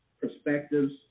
perspectives